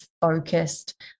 focused